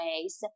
ways